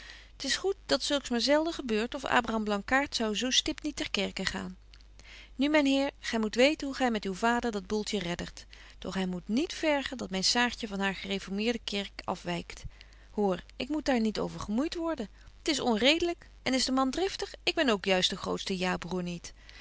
t is goed dat zulks maar zelden gebeurt of abraham blankaart zou zo stipt niet ter kerke gaan nu myn heer gy moet weten hoe gy met uw vader dat boeltje reddert doch hy moet niet vergen dat myn saartje van haar gereformeerde kerk afwykt hoor ik moet daar niet over gemoeit worden t is onredelyk en is de man driftig ik ben ook juist de grootste jaabroêr niet